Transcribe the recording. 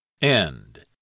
End